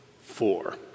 four